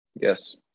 Yes